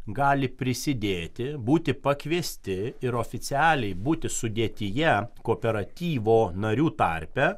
gali prisidėti būti pakviesti ir oficialiai būti sudėtyje kooperatyvo narių tarpe